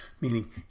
Meaning